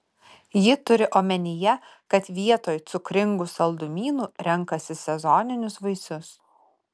ji turi omenyje kad vietoj cukringų saldumynų renkasi sezoninius vaisius